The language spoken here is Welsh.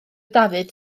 dafydd